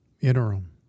Interim